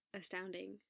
astounding